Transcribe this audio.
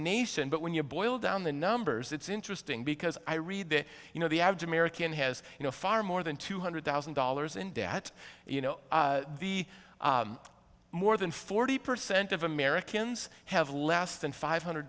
nation but when you boil down the numbers it's interesting because i read that you know the average american has you know far more than two hundred thousand dollars in debt you know the more than forty percent of americans have less than five hundred